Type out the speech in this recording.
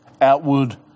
outward